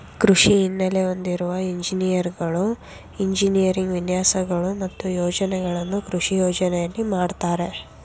ಕೃಷಿ ಹಿನ್ನೆಲೆ ಹೊಂದಿರುವ ಎಂಜಿನಿಯರ್ಗಳು ಎಂಜಿನಿಯರಿಂಗ್ ವಿನ್ಯಾಸಗಳು ಮತ್ತು ಯೋಜನೆಗಳನ್ನು ಕೃಷಿ ಯೋಜನೆಯಲ್ಲಿ ಮಾಡ್ತರೆ